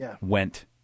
went